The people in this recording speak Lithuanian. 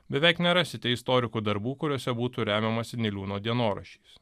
beveik nerasite istorikų darbų kuriuose būtų remiamasi niliūno dienoraščiais